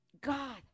God